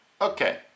Okay